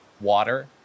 water